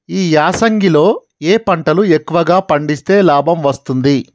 ఈ యాసంగి లో ఏ పంటలు ఎక్కువగా పండిస్తే లాభం వస్తుంది?